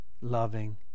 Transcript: Loving